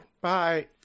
Bye